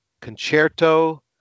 Concerto